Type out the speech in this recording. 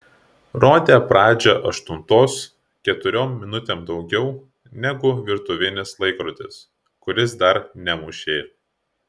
rodė pradžią aštuntos keturiom minutėm daugiau negu virtuvinis laikrodis kuris dar nemušė